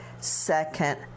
second